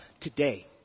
today